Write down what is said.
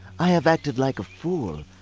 i have acted like a fool.